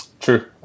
True